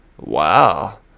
Wow